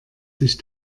sich